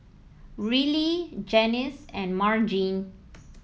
Rillie Janis and Margene